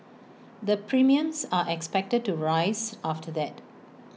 the premiums are expected to rise after that